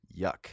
Yuck